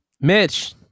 Mitch